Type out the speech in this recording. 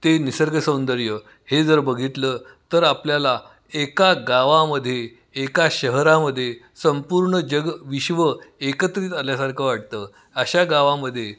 ते निसर्गसौंदर्य हे जर बघितलं तर आपल्याला एका गावामध्ये एका शहरामध्ये संपूर्ण जग विश्व एकत्रित आल्यासारखं वाटतं अशा गावामध्ये